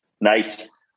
Nice